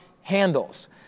handles